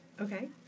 Okay